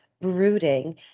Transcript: brooding